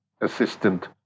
assistant